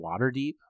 Waterdeep